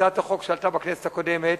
הצעת החוק שעלתה בכנסת הקודמת